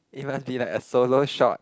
it must be like a solo shot